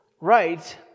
right